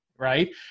right